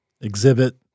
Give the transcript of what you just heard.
Exhibit